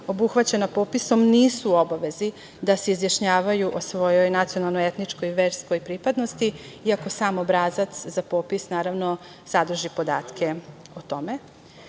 obuhvaćena popisom nisu u obavezi da se izjašnjavaju o svojoj nacionalnoj, etničkoj i verskoj pripadnosti, iako sam obrazac za popis, naravno, sadrži podatke o tome. Pošto